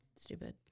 stupid